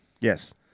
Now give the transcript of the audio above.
Yes